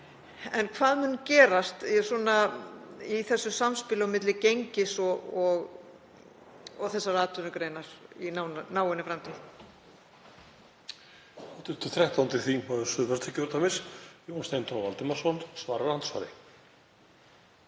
en hvað mun gerast í samspilinu milli gengis og þessarar atvinnugreinar í náinni framtíð?